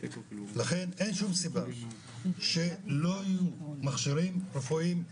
לכן אין שום סיבה שלא יהיו מכשירים רפואיים.